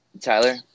Tyler